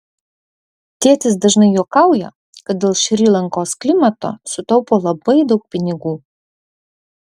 tėtis dažnai juokauja kad dėl šri lankos klimato sutaupo labai daug pinigų